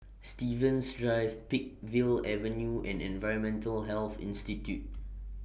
Stevens Drive Peakville Avenue and Environmental Health Institute